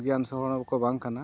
ᱜᱮᱭᱟᱱ ᱥᱚᱦᱚᱱᱚ ᱫᱚᱠᱚ ᱵᱟᱝᱠᱟᱱᱟ